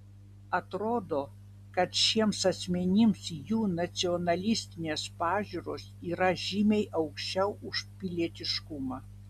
atrodo kad šiems asmenims jų nacionalistinės pažiūros yra žymiai aukščiau už pilietiškumą